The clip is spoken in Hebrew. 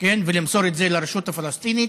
ולמסור את זה לרשות הפלסטינית,